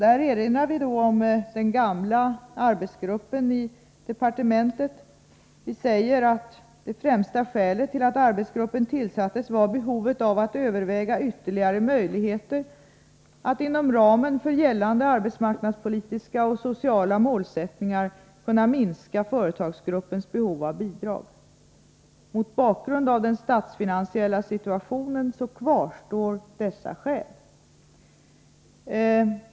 Vi erinrar där om den gamla arbetsgruppen i departementet och säger att det främsta skälet till att arbetsgruppen tillsattes var behovet av att överväga ytterligare möjligheter att inom ramen för gällande arbetsmarknadspolitiska och sociala målsättningar minska företagsgruppens behov av bidrag. Mot bakgrund av den statsfinansiella situationen kvarstår dessa skäl.